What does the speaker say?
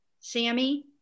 Sammy